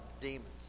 demons